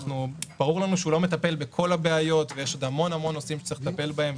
ברור לנו שהוא לא מטפל בכל הבעיות ויש עוד המון נושאים שצריך לטפל בהם,